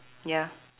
ya